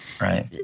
right